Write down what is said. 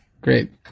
Great